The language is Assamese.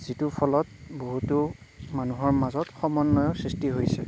যিটো ফলত বহুতো মানুহৰ মাজত সমন্বয়ৰ সৃষ্টি হৈছিল